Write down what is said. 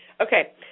Okay